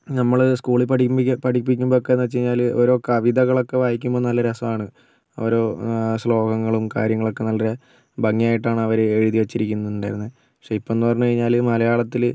നമ്മൾ സ്കൂളിൽ പഠിക്കുമ്പോൾ പഠിപ്പിക്കുമ്പോഴൊക്കെ എന്ന് വെച്ച്കഴിഞ്ഞാൽ ഓരോ കവിതകളൊക്കെ വായിക്കുമ്പോൾ നല്ല രസമാണ് ഓരോ ശ്ലോകങ്ങളും കാര്യങ്ങളും ഒക്കെ നല്ല ഭംഗിയായിട്ടാണ് അവരെഴുതി വെച്ചിരിക്കുന്നത് ഉണ്ടായിരുന്നത് പക്ഷേ ഇപ്പോഴെന്ന് പറഞ്ഞു കഴിഞ്ഞാൽ മലയാളത്തിൽ